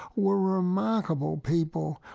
were remarkable people.